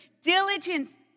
Diligence